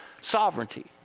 sovereignty